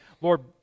Lord